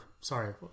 sorry